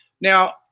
Now